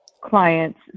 clients